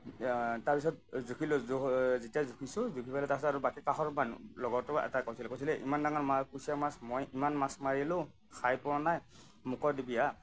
তাৰপিছত জুখিলোঁ জোখ যেতিয়া জুখিছোঁ জুখি পেলাই তাৰপিছত আৰু বাকী কাষৰ মানুহ লগৰটো এটা কৈছিল কৈছিলে ইমান ডাঙৰ মাছ কুচিয়া মাছ মই ইমান মাছ মাৰিলোঁ খাই পোৱা নাই মোকো দিবি হা